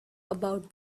about